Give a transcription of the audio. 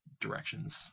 directions